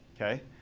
Okay